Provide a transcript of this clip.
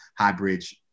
Highbridge